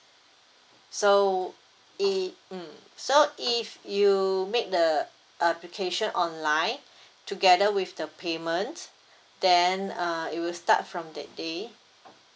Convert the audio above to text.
so if mm so if you make the application online together with the payment then uh it will start from that day